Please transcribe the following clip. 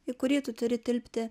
į kurį tu turi tilpti